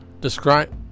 Describe